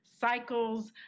cycles